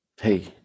hey